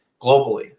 globally